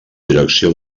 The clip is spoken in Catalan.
direcció